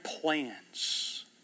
plans